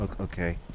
Okay